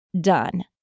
done